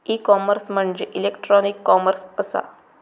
E commerce म्हणजे electronic commerce असा